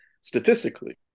statistically